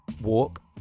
walk